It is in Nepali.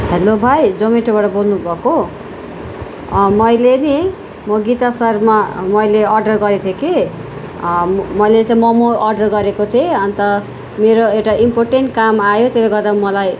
हेलो भाइ जोम्याटोबाट बोल्नु भएको मैले नि म गीता शर्मा मैले अर्डर गरेको थिएँ कि म मैले चाहिँ मोमो अर्डर गरेको थिएँ अन्त मेरो एउटा इम्पोर्टेन्ट काम आयो त्यसले गर्दा मलाई